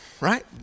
right